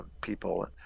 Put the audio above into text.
people